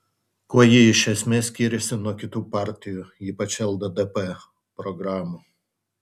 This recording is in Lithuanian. kuo ji iš esmės skiriasi nuo kitų partijų ypač lddp programų